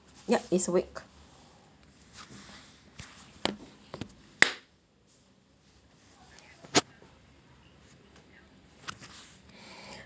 yup it's awake